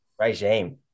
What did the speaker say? Regime